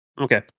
Okay